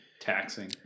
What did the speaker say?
taxing